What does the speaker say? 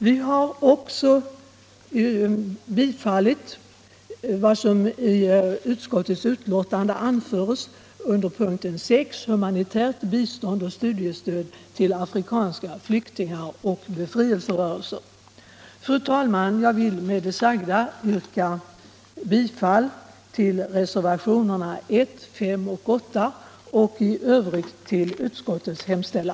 Vi har också anslutit oss till vad som i utskottsbetänkandet anföres under punkten 6, Humanitärt bistånd och studiestöd till afrikanska flyktingar och befrielserörelser m.m.